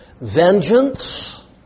vengeance